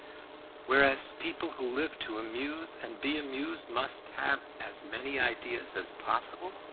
whereas people who live to amuse and be amused must have as many ideas as possible.